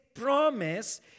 promise